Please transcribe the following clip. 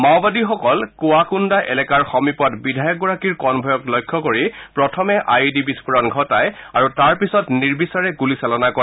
মাওবাদীসকল কুৱাকোন্দা এলেকাৰ সমীপত বিধায়কগৰাকীৰ কনভয়ক লক্ষ্য কৰি প্ৰথমে আই ই ডি বিস্ফোৰণ ঘটাই আৰু তাৰ পিছত নিৰ্বিচাৰে গুলিচালনা কৰে